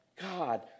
God